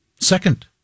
second